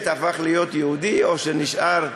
הוא הפך להיות יהודי או נשאר דרוזי.